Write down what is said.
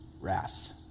wrath